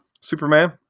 Superman